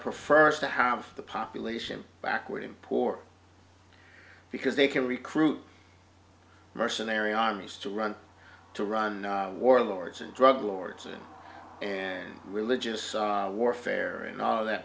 prefers to have the population backward in poor because they can recruit mercenary armies to run to run warlords and drug lords and religious warfare and all of that